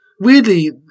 Weirdly